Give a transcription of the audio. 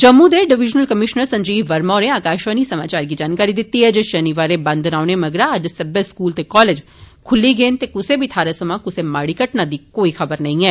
जम्मू दे divisional commissioner Sanjeev Verma होरें आकाशवाणी समाचार गी जानकारी दित्ती ऐ जे शनिवारें बंद रौह्ने मंगरा अज्ज सब्बै स्कूल कालेज खुल्ली गए ते कुसै बी थाहरा सोयां कुसै माड़ी घटना दी कोई खबर नेई ऐ